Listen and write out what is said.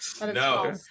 No